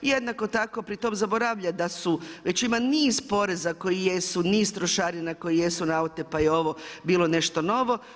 Jednako tako, pri tome zaboravlja, da su, već ima niz poreza koji jesu, niz trošarina koji jesu na auta, pa i ovo, bilo nešto novo.